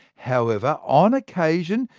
however, on occasion,